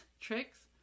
tricks